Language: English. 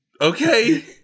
okay